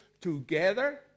Together